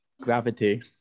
Gravity